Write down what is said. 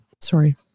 sorry